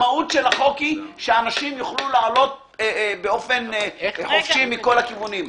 המהות של החוק היא שאנשים יוכלו לעלות באופן חופשי מכל הכיוונים.